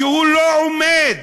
ולא עומד